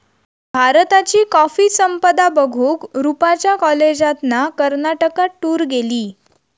भारताची कॉफी संपदा बघूक रूपच्या कॉलेजातना कर्नाटकात टूर गेली